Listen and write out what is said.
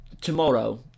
Tomorrow